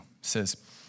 says